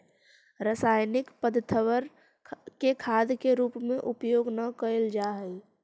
रासायनिक पदर्थबन के खाद के रूप में उपयोग न कयल जा हई